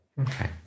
Okay